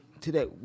today